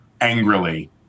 angrily